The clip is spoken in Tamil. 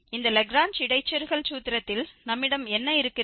இந்த லாக்ரேஞ்ச் இடைச்செருகல் சூத்திரத்தில் நம்மிடம் என்ன இருக்கிறது